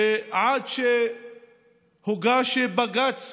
עד שהוגש בג"ץ